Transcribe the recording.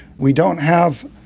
we don't have,